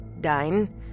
dine